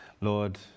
Lord